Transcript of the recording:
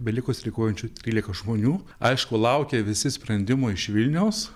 beliko streikuojančių trylika žmonių aišku laukia visi sprendimo iš vilniaus